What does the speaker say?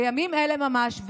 בימים אלה ממש,